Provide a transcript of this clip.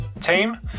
team